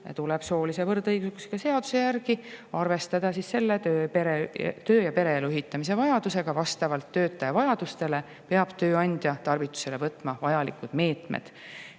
tuleb soolise võrdõiguslikkuse seaduse järgi arvestada töö‑ ja pereelu ühitamise vajadusega. Vastavalt töötaja vajadustele peab tööandja tarvitusele võtma vajalikud meetmed.